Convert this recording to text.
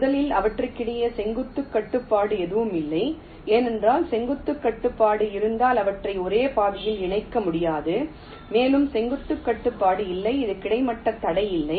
முதலில் அவற்றுக்கிடையே செங்குத்து கட்டுப்பாடு எதுவும் இல்லை ஏனென்றால் செங்குத்து கட்டுப்பாடு இருந்தால் அவற்றை ஒரே பாதையில் இணைக்க முடியாது மேலும் செங்குத்து கட்டுப்பாடு இல்லை இது கிடைமட்ட தடை இல்லை